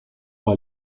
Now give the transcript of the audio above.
par